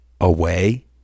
away